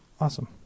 Awesome